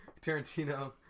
Tarantino